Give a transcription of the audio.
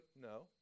No